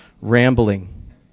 rambling